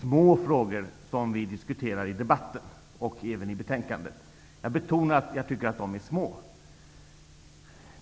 små frågor som tas upp i debatten och i betänkandet. Men jag betonar att de är små.